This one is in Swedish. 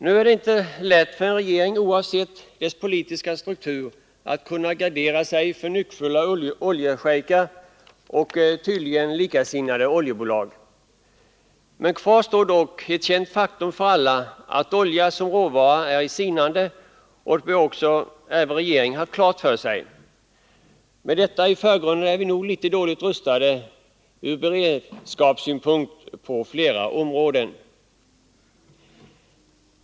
Nu är det inte lätt för en regering, oavsett dess politiska struktur, att gardera sig för nyckfulla oljeschejker och tydligen likasinnade oljebolag. Men kvar står dock ett för alla känt faktum, att oljan som råvara är i sinande, och det bör också vår regering ha haft klart för sig. Med detta i förgrunden är vi nog litet dåligt rustade ur beredskapssynpunkt på flera områden.